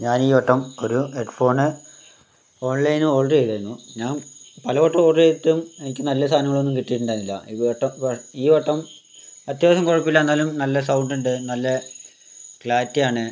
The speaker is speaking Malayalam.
ഞാൻ ഈ വട്ടം ഒരു ഹെഡ്ഫോണ് ഓൺലൈനിൽ ഓർഡർ ചെയ്തിരുന്നു ഞാൻ പലവട്ടവും ഓർഡർ ചെയ്തിട്ടും എനിക്ക് നല്ല സാധനങ്ങൾ ഒന്നും കിട്ടീട്ടുണ്ടായിരുന്നില്ല ഈ വട്ടവു ഈ വട്ടം അത്യാവിശ്യം കുഴപ്പമില്ല എന്നാലും നല്ല സൗണ്ടുമുണ്ട് നല്ല ക്ലാരിറ്റിയാണ്